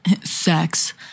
sex